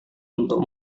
untuk